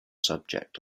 subject